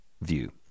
view